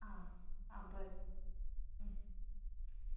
आं आं बरें